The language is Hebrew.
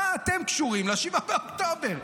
מה אתם קשורים ל-7 באוקטובר?